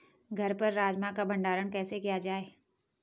घर पर राजमा का भण्डारण कैसे किया जाय?